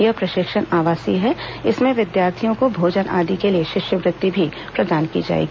यह प्रशिक्षण आवासीय है इसमें विद्यार्थियों को भोजन आदि के लिए शिष्यवृत्ति भी प्रदान की जाएगी